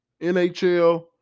NHL